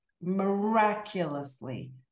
miraculously